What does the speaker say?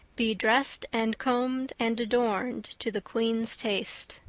be dressed and combed and adorned to the queen's taste.